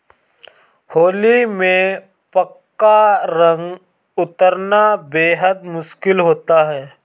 होली में पक्का रंग उतरना बेहद मुश्किल होता है